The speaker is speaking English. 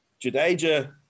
Jadeja